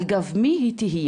על גב מי היה תהיה